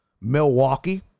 Milwaukee